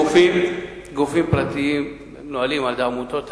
אלה גופים פרטיים שמנוהלים על-ידי אגודות,